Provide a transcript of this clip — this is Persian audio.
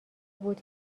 بود